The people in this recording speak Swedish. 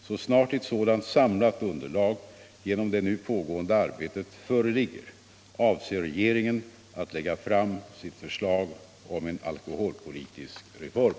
Så snart ett sådant samlat underlag genom det nu pågående arbetet föreligger avser regeringen att lägga fram sitt förslag om en alkoholpolitisk reform.